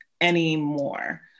anymore